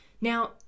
Now